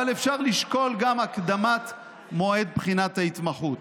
אבל אפשר גם לשקול את הקדמת מועד בחינת ההתמחות.